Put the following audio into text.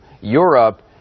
Europe